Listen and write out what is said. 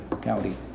county